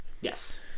Yes